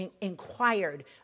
inquired